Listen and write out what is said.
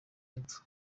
y’epfo